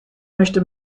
möchte